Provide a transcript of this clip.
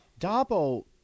Dabo